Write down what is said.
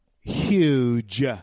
huge